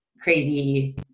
crazy